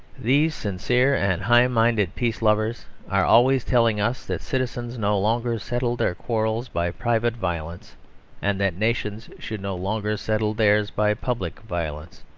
these sincere and high-minded peace-lovers are always telling us that citizens no longer settle their quarrels by private violence and that nations should no longer settle theirs by public violence.